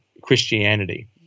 Christianity